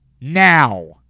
now